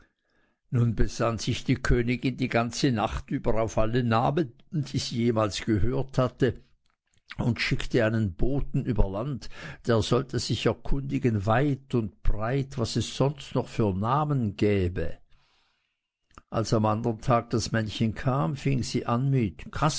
nun besann sich die königin die ganze nacht über auf alle namen die sie jemals gehört hatte und schickte einen boten über land der sollte sich erkundigen weit und breit was es sonst noch für namen gäbe als am andern tag das männchen kam fing sie an mit